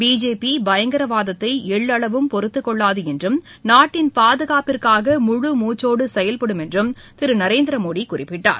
பிஜேபிபயங்கரவாதத்தைஎள்ளவும் பொருத்துக் கொள்ளாதுஎன்றும் நாட்டின் பாதுகாப்பிற்காக முழு மூச்சோடுசெயல்படும் என்றும் திருநரேந்திரமோடிகுறிப்பிட்டார்